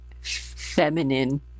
feminine